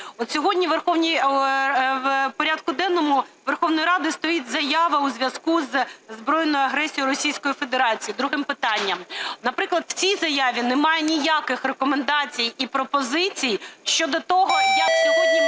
Сьогодні в порядку денному Верховної Ради стоїть заява у зв'язку зі збройною агресією Російської Федерації другим питанням. Наприклад, в цій заяві немає ніяких рекомендацій і пропозицій щодо того, як сьогодні має